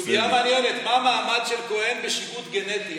סוגיה מעניינת: מה המעמד של כהן בשיבוט גנטי?